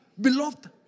Beloved